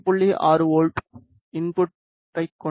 6 volt இன்புட்டைக் கொண்ட D